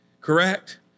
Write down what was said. correct